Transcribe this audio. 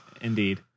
indeed